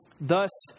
Thus